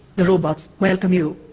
the robots welcome you.